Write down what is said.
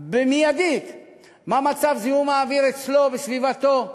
מייד מה מצב זיהום האוויר אצלו, בסביבתו,